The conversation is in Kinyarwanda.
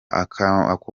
akomoka